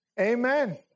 Amen